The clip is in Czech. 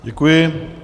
Děkuji.